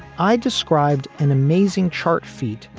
i described an amazing chart feat.